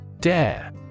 Dare